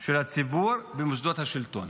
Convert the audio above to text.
של הציבור במוסדות השלטון.